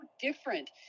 different